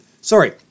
sorry